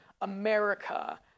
America